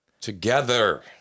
Together